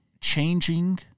changing